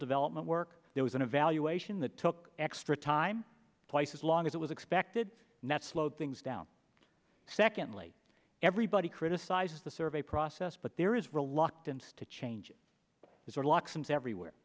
development work there was an evaluation that took extra time twice as long as it was expected and that slowed things down secondly everybody criticizes the survey process but there is reluctance to change this or lock since everywhere